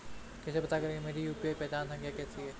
कैसे पता करें कि मेरी यू.पी.आई पहचान संख्या कौनसी है?